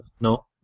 No